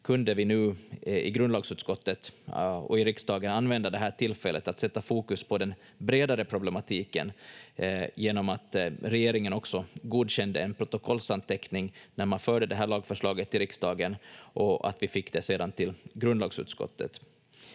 kunde vi nu i grundlagsutskottet och i riksdagen använda det här tillfället att sätta fokus på den bredare problematiken genom att regeringen också godkände en protokollsanteckning när man förde det här lagförslaget till riksdagen och att vi sedan fick det till grundlagsutskottet.